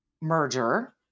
merger